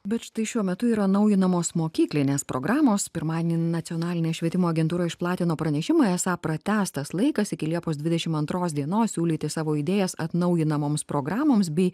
bet štai šiuo metu yra naujinamos mokyklinės programos pirmadienį nacionalinė švietimo agentūra išplatino pranešimą esą pratęstas laikas iki liepos dvidešim antros dienos siūlyti savo idėjas atnaujinamoms programoms bei